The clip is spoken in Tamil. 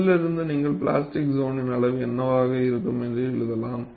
அதிலிருந்து நீங்கள் பிளாஸ்டிக் சோனின் அளவு என்ன என்று எழுதலாம்